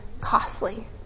costly